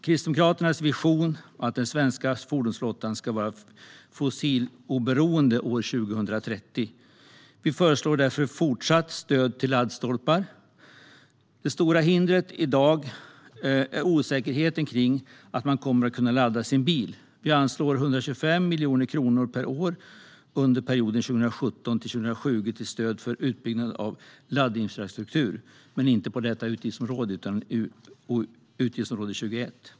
Kristdemokraternas vision är att den svenska fordonsflottan ska vara fossiloberoende år 2030. Vi föreslår därför fortsatt stöd till laddstolpar. Det stora hindret i dag är osäkerheten kring att man kommer att kunna ladda sin bil. Vi anslår 125 miljoner kronor per år under perioden 2017-2020 till stöd för utbyggnad av laddinfrastruktur, men inte under detta utgiftsområde utan under utgiftsområde 21.